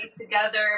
together